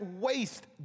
waste